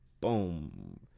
Boom